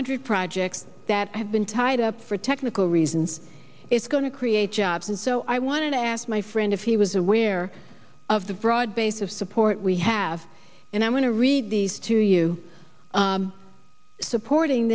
hundred projects that have been tied up for technical reasons it's going to create jobs and so i want to ask my friend if he was aware of the broad base of support we have and i'm going to read these to you supporting